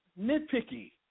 nitpicky